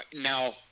now